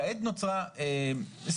כעת נוצרה סיטואציה,